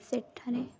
ସେଠାରେ